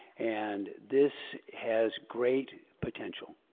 and this has great potential.